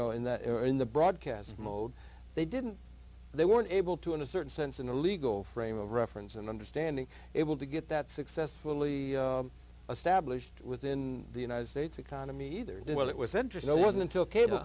know in the in the broadcast mode they didn't they weren't able to in a certain sense in the legal frame of reference and understanding able to get that successfully established within the united states economy either well it was interesting it wasn't until ca